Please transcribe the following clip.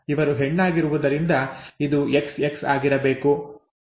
ಇವರು ಹೆಣ್ಣಾಗಿರುವುದರಿಂದ ಇದು XX ಆಗಿರಬೇಕು